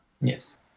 Yes